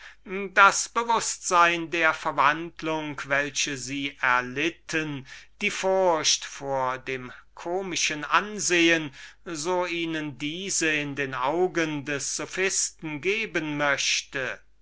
das bewußtsein der verwandlung welche sie erlitten hatten die furcht vor dem komischen ansehen welches sie ihnen in den augen des sophisten geben möchte